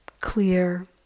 clear